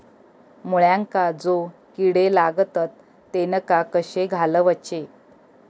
मुळ्यांका जो किडे लागतात तेनका कशे घालवचे?